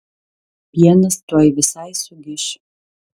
pienas tuoj visai sugiš